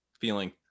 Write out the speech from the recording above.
feeling